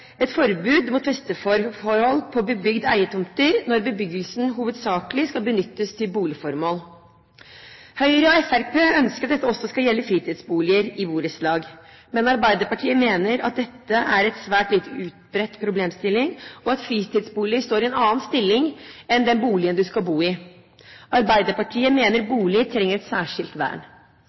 et forbud mot festeforhold på bebygde eiertomter når bebyggelsen hovedsakelig skal benyttes til boligformål. Høyre og Fremskrittspartiet ønsker at dette også skal gjelde fritidsboliger i borettslag, men Arbeiderpartiet mener at dette er en svært lite utbredt problemstilling, og at fritidsbolig står i en annen stilling enn den boligen du skal bo i. Arbeiderpartiet mener at bolig trenger et særskilt vern.